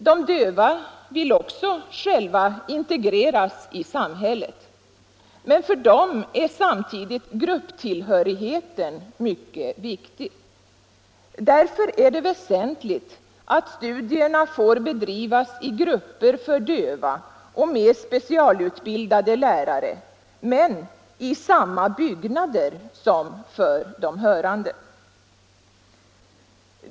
De döva själva vill integreras i samhället, men för dem är samtidigt grupptillhörigheten mycket viktig. Därför är det väsentligt att studierna får bedrivas i grupper för döva och med specialutbildade lärare men i samma byggnader som de hörande.